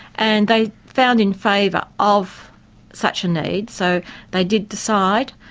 and they found in favour of such a need, so they did decide,